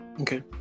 Okay